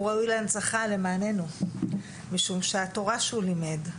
הוא ראוי להנצחה למעננו משום שהתורה שהוא לימד,